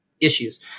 issues